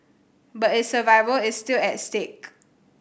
but its survival is still at stake